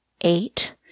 eight